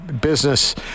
business